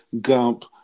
Gump